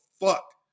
fuck